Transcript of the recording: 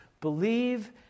believe